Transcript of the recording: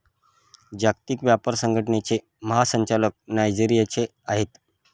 जागतिक व्यापार संघटनेचे महासंचालक नायजेरियाचे आहेत